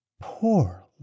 Poor